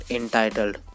entitled